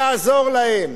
יעזור להם,